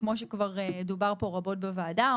כמו שכבר דובר פה רבות בוועדה,